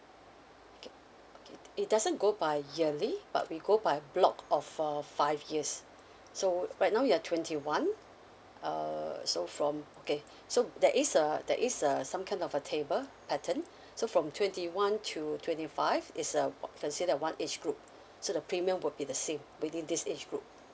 okay okay it doesn't go by yearly but we go by block of uh five years so right now you're twenty one uh so from okay so there is a there is a some kind of a table pattern so from twenty one to twenty five is uh considered one each group so the premium will be the same within this age group